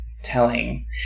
telling